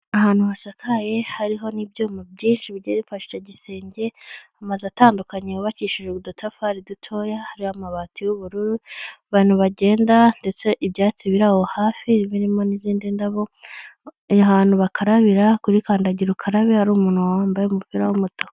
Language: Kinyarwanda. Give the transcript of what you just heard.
Ahantu hasakaye hariho n'ibyinshi, bigiye bifashe igisenge, amazu atandukanye yubakishije udutafari dutoya, hari amabati y'ubururu, abantu bagenda, ndetse ibyatsi biraho hafi, birimo n'izindi ndabo, ahantu bakarabira, kurikandagira ukarabe, hari umuntu wambaye umupira w'umatuku.